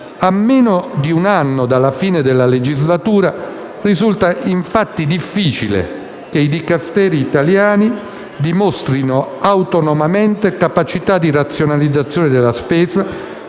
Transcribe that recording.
A meno di un anno dalla fine della legislatura risulta infatti difficile che i Dicasteri italiani dimostrino autonomamente quella capacità di razionalizzazione della spesa